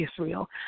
Israel